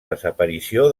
desaparició